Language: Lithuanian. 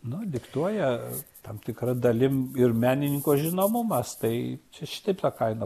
nu diktuoja tam tikra dalim ir menininko žinomumas tai čia šitaip ta kaina